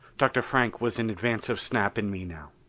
dr. frank was in advance of snap and me now.